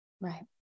right